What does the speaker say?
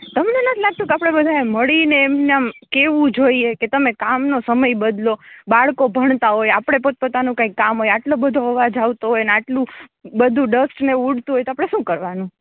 તમને નથી લાગતું કે આપડે બધા મડીને એમ નમ કેવું જોઈએ કે તમે કામનો સમય બદલો બાળકો ભણતા હોય આપડે પોત પોતાનું કાઇ કામ હોય અટલો બધો અવાજ આવતો હોય ને આટલું બધુ ડસ્ટ ને ઉડતું હોય તો આપણે શું કરવાનું